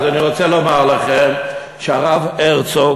אז אני רוצה לומר לכם שהרב הרצוג,